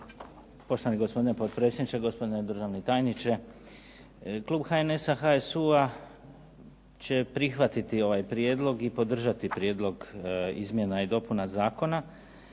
Poštovani gospodine potpredsjedniče, gospodine državni tajniče. Klub HNS-a i HSU-a će prihvatiti ovaj prijedlog i podržati prijedlog izmjena i dopuna zakona,